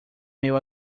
meu